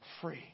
free